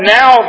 now